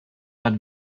but